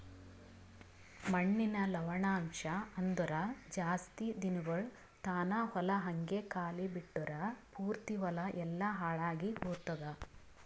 ಮಣ್ಣಿನ ಲವಣಾಂಶ ಅಂದುರ್ ಜಾಸ್ತಿ ದಿನಗೊಳ್ ತಾನ ಹೊಲ ಹಂಗೆ ಖಾಲಿ ಬಿಟ್ಟುರ್ ಪೂರ್ತಿ ಹೊಲ ಎಲ್ಲಾ ಹಾಳಾಗಿ ಹೊತ್ತುದ್